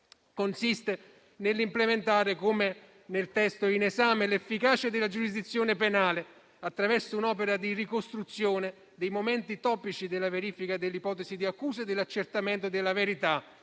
consiste nell'implementare, come nel testo in esame, l'efficacia della giurisdizione penale attraverso un'opera di ricostruzione dei momenti topici della verifica dell'ipotesi di accusa e dell'accertamento della verità,